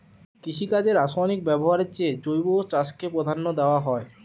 কৃষিকাজে রাসায়নিক ব্যবহারের চেয়ে জৈব চাষকে প্রাধান্য দেওয়া হয়